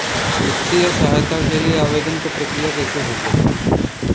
वित्तीय सहायता के लिए आवेदन क प्रक्रिया कैसे होखेला?